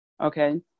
okay